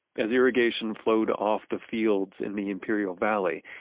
as irrigation flowed off the fields in the imperial valley,